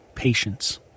patience